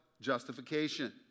justification